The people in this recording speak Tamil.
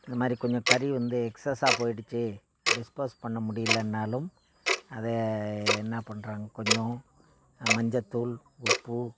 இந்த மாதிரி கொஞ்சம் கறி வந்து எக்ஸஸாக போயிடுச்சு டிஸ்போஸ் பண்ண முடியலன்னாலும் அதை என்ன பண்ணுறாங்க கொஞ்சம் மஞ்சத்தூள் உப்பு